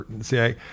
see